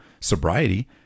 sobriety